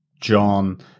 John